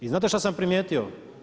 I znate što sam primijetio?